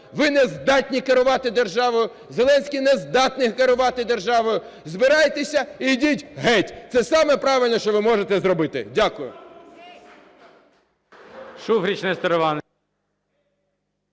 Ви не здатні керувати державною. Зеленський не здатний керувати державою. Збирайтесь і йдіть геть, це саме правильне, що ви можете зробити. Дякую.